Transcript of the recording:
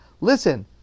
listen